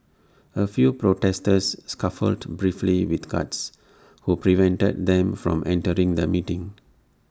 A few protesters scuffled briefly with guards who prevented them from entering the meeting